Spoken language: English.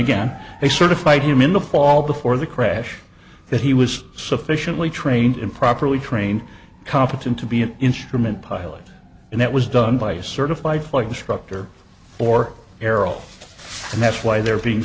again they certified him in the fall before the crash that he was sufficiently trained in properly trained competent to be an instrument pilot and that was done by a certified like instructor or errol and that's why they're being